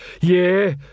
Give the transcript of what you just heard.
Yeah